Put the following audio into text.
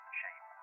shape